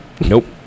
Nope